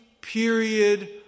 period